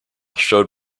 showed